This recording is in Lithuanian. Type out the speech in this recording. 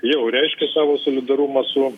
jau reiškė savo solidarumą su